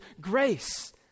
grace